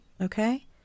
Okay